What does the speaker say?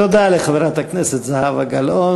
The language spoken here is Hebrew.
תודה לחברת הכנסת זהבה גלאון.